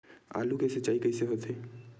आलू के सिंचाई कइसे होथे?